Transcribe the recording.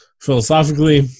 philosophically